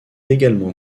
également